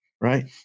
right